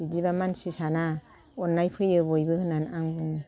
बिदिबा मानसि साना अननाय फैयो बयबो होननानै आं बुङो